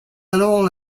alors